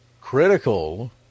critical